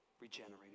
Regenerated